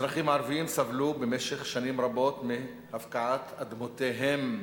האזרחים הערבים סבלו במשך שנים רבות מהפקעת אדמותיהם.